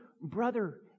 brother